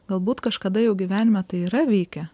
galbūt kažkada jau gyvenime tai yra vykę